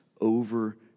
over